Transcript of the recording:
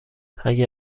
اگه